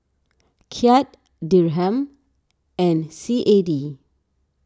Kyat Dirham and C A D